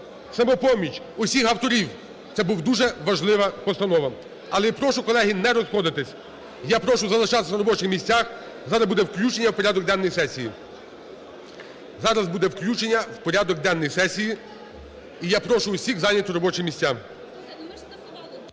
"Самопоміч", всіх авторів, це була дуже важлива постанова. Але я прошу, колеги, не розходитись. Я прошу залишатися на робочих місцях, зараз буде включення в порядок денний сесії. Зараз буде включення в порядок денний сесії, і я прошу всіх зайняти робочі місця.